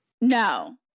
No